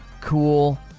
Cool